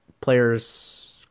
Players